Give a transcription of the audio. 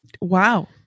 wow